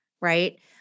right